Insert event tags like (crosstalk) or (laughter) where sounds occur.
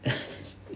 (laughs)